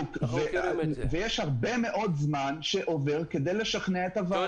כחלק מהפעולות של העמותה, השקנו השנה את פרויקט